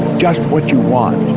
just what you want.